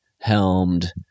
helmed